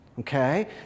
Okay